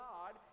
God